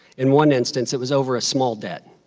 in one instance, it was over a small debt.